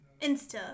Insta